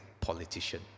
politician